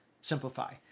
simplify